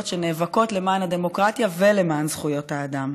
שנאבקות למען הדמוקרטיה ולמען זכויות האדם.